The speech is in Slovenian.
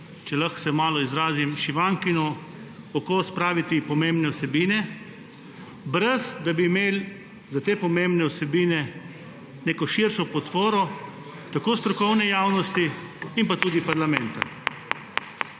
če se tako izrazim, šivankino uho spraviti pomembne vsebine, ne da bi imeli za te pomembne vsebine neko širšo podporo tako strokovne javnosti kot parlamenta.